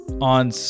on